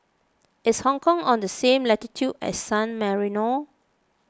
is Hong Kong on the same latitude as San Marino